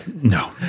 No